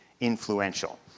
influential